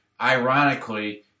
ironically